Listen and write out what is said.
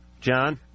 John